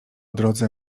drodze